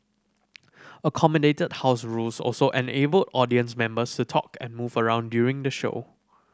accommodated house rules also enabled audience members to talk and move around during the show